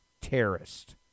terrorist